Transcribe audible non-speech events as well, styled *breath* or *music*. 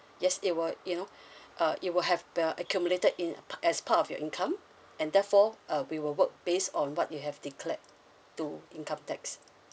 yes it will you know *breath* uh it will have uh accumulated in as part of your income and therefore uh we will work based on what you have declared to income tax